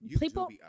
people